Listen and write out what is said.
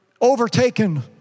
overtaken